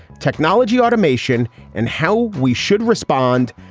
technology, automation and how we should respond.